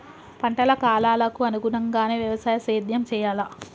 పంటల కాలాలకు అనుగుణంగానే వ్యవసాయ సేద్యం చెయ్యాలా?